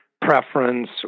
preference